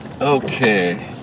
okay